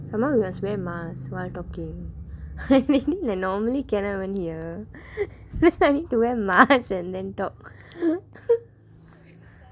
some more we must wear mask while talking and then they normally cannot even hear then I need to wear mask and then talk